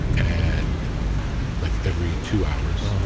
and like every two hours.